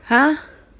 !huh!